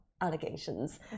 allegations